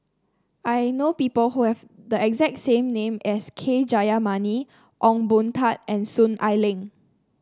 I know people who have the exact same name as K Jayamani Ong Boon Tat and Soon Ai Ling